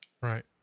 Right